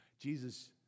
Jesus